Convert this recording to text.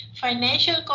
financial